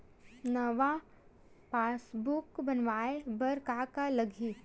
नवा पासबुक बनवाय बर का का लगही?